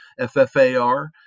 FFAR